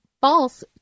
false